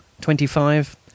Twenty-five